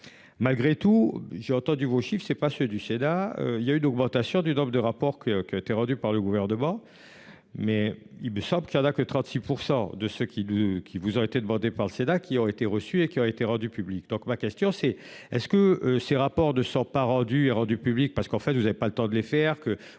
Malgré tout, j'ai entendu vos chiffre c'est pas ceux du SIDA il y a une augmentation du nombre de rapports que que tu es rendu par le gouvernement. Mais il me semble que il n'a que 36% de ceux qui de qui vous aurez été demandée par le Sénat qui aurait été reçus et qui ont été rendues publiques. Donc ma question c'est, est-ce que ces rapports de pas rendu et rendue publique parce qu'en fait vous avez pas le temps de les faire